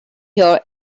here